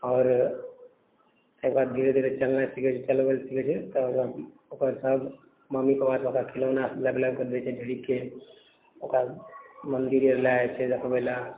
आओर ताहिके बाद धीरे धीरे चलनाइ सिखय छै चलबय लऽ सिखय छै तऽ ओकर सभ मम्मी पापासभ ओकरा खिलौना लाबि लाबिकऽ दय छै ढ़ेरिके ओकरा मन्दिर आर लय जाइत छै देखबय लऽ